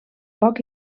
poc